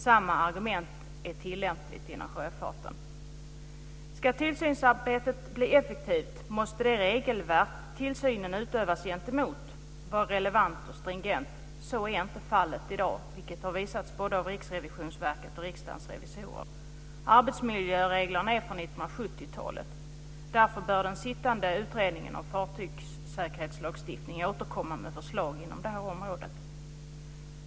Samma argument är tillämpligt inom sjöfarten. Ska tillsynsarbetet bli effektivt måste det regelverk som tillsynen utövas gentemot vara relevant och stringent. Så är inte fallet i dag, vilket har visats både av Riksrevisionsverket och Riksdagens revisorer. Arbetsmiljöreglerna är från 1970-talet. Därför bör den sittande utredningen om fartygssäkerhetslagstiftning återkomma med förslag inom det här området.